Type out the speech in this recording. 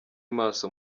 maso